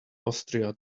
austria